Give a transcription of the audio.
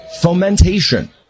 fomentation